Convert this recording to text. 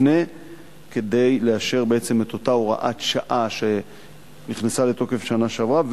יפנה כדי לאשר את אותה הוראת שעה שנכנסה לתוקף בשנה שעברה,